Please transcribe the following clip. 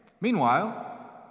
Meanwhile